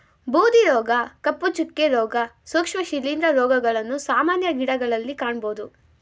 ಬೂದಿ ರೋಗ, ಕಪ್ಪು ಚುಕ್ಕೆ, ರೋಗ, ಸೂಕ್ಷ್ಮ ಶಿಲಿಂದ್ರ ರೋಗಗಳನ್ನು ಸಾಮಾನ್ಯ ಗಿಡಗಳಲ್ಲಿ ಕಾಣಬೋದು